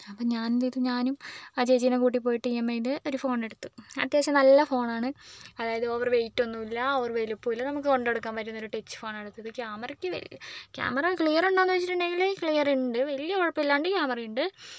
അപ്പോൾ ഞാൻ എന്ത് ചെയ്തു ഞാനും ആ ചേച്ചീനേ കൂട്ടിപോയിട്ടു ഇ എം ഐയിൻറ്റെ ഒരു ഫോൺ എടുത്തു അത്യാവശ്യം നല്ല ഫോണാണ് അതായത് ഓവർ വെയിറ്റ് ഒന്നും ഇല്ല ഓവർ വലുപ്പമില്ല നമുക്ക് കൊണ്ടുനടക്കാൻ പറ്റുന്ന ഒരു ടച്ച് ഫോണാണ് ഇത് ക്യാമറക്ക് വലിയ ക്യാമറ ക്ലിയർ ഉണ്ടോ എന്ന് വെച്ചിട്ടുണ്ടേൽ ക്ലിയർ ഉണ്ട് വലിയ കുഴപ്പമില്ലാണ്ട് ക്യാമറ ഉണ്ട്